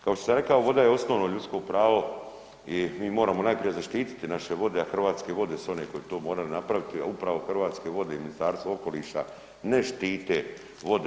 Kao što sam rekao voda je osnovno ljudsko pravo i mi moramo najprije zaštiti naše vode, a Hrvatske vode su one koje to moraju napraviti, a upravo Hrvatske vode i Ministarstvo okoliša ne štite vode.